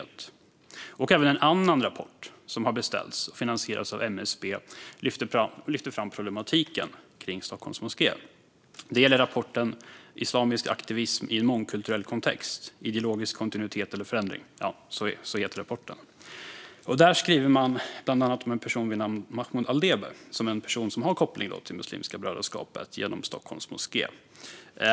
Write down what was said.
Det finns också en annan rapport som har beställts och finansierats av MSB som lyfter fram problematiken med Stockholms moské. Det gäller rapporten Islamisk aktivism i en mångkulturell kontext: ideologisk kontinuitet eller förändring? Där skriver man om bland annat en person vid namn Mahmoud Aldebe som en person som har koppling till Muslimska brödraskapet genom Stockholms moské.